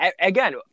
Again